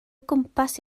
gwmpas